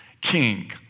king